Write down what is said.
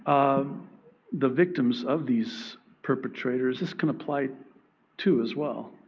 um the victims of these perpetrators, this could apply to as well,